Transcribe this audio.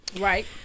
Right